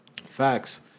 Facts